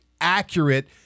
accurate